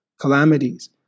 calamities